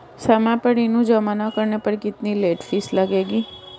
समय पर ऋण जमा न करने पर कितनी लेट फीस लगेगी?